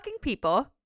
people